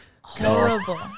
Horrible